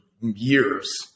years